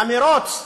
במירוץ לגזענות,